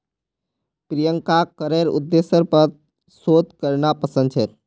प्रियंकाक करेर उद्देश्येर पर शोध करना पसंद छेक